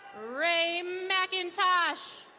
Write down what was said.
ray mackintosh.